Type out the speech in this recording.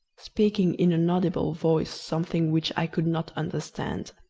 speaking in an audible voice something which i could not understand.